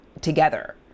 together